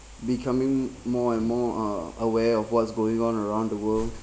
becoming more and more uh aware of what's going on around the world